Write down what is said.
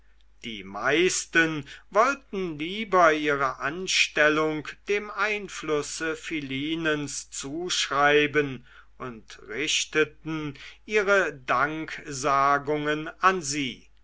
die meisten wollten lieber ihre anstellung dem einflusse philinens zuschreiben und richteten ihre danksagungen an sie